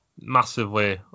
massively